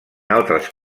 altres